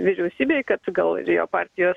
vyriausybėj kad gal ir jo partijos